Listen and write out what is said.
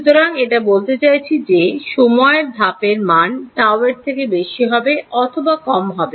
সুতরাং এটা বলতে চাইছি যে সময়ের ধাপের মান tau এর থেকে বেশি অথবা কম হবে